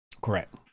Correct